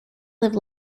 live